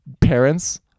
parents